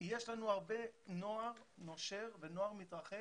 יש לנו הרבה נוער נושר ונוער מתרחק